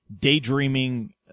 daydreaming